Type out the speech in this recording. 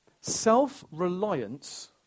Self-reliance